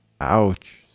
Ouch